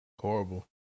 Horrible